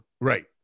Right